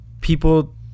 people